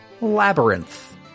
labyrinth